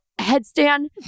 headstand